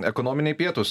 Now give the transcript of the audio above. ekonominiai pietūs